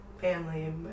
family